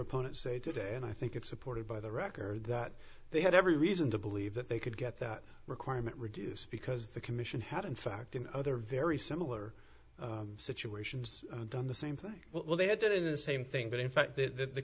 opponents say today and i think it's supported by the record that they had every reason to believe that they could get that requirement reduced because the commission had in fact in other very similar situations done the same thing well they had done in the same thing but in fact the